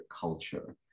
culture